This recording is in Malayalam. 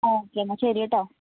ആ ഒക്കെയെന്നാല് ശരി കേട്ടോ